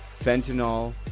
fentanyl